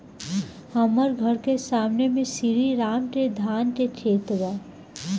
हमर घर के सामने में श्री राम के धान के खेत बा